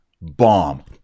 bomb